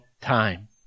time